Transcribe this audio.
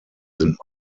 sind